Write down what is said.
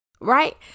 right